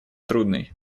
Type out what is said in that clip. трудной